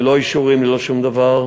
ללא אישורים וללא שום דבר,